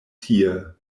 tie